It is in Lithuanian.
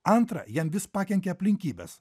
antra jam vis pakenkia aplinkybės